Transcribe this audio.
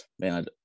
man